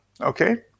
okay